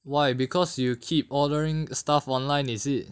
why because you keep ordering stuff online is it